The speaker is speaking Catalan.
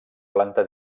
planta